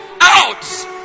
Out